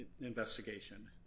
investigation